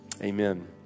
Amen